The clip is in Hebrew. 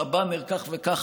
והבאנר עלה כך וכך,